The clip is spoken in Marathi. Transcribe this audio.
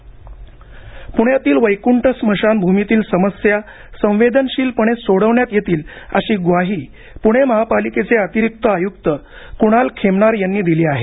वैकंठ प्ण्यातील वैक्ठ स्मशानभूमीतील समस्या संवेदनशीलपणे सोडवण्यात येतील अशी ग्वाही पुणे महापालिकेचे अतिरिक्त आयुक्त कुणाल खेमनार यांनी दिली आहे